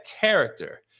character